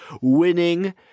winning